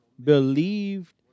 believed